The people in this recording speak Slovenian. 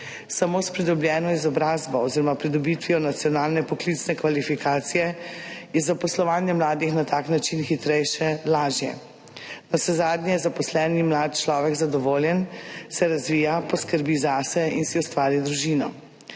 Samo s pridobljeno izobrazbo oziroma pridobitvijo nacionalne poklicne kvalifikacije je zaposlovanje mladih na tak način hitrejše, lažje. Navsezadnje je zaposlen mlad človek zadovoljen, se razvija, poskrbi zase in si ustvari družino.